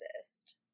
exist